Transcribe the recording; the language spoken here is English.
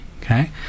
okay